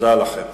תודה לכם.